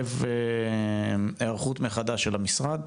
שמחייב היערכות מחדש של המשרד.